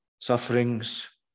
sufferings